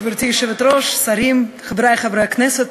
גברתי היושבת-ראש, שרים, חברי חברי הכנסת,